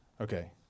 Okay